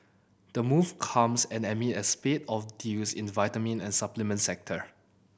the move comes and amid a spate of deals in the vitamin and supplement sector